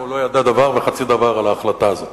לא ידע דבר וחצי דבר על ההחלטה הזאת.